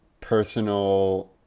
personal